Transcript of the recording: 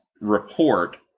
report